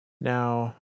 Now